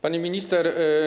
Pani Minister!